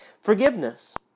Forgiveness